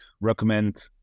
recommend